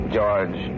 George